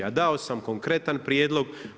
A dao sam konkretan prijedlog.